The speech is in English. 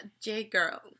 J-girl